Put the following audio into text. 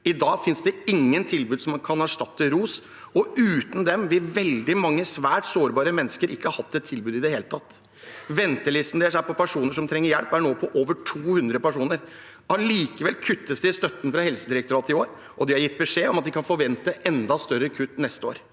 I dag finnes det ingen tilbud som kan erstatte ROS, og uten dem ville veldig mange svært sårbare mennesker ikke hatt et tilbud i det hele tatt. Ventelisten deres for personer som trenger hjelp, er nå på over 200 personer. Allikevel kuttes det i støtten fra Helsedirektoratet i år, og de har gitt beskjed om at de kan forvente enda større kutt neste år.